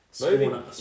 Moving